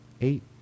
Eight